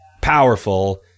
powerful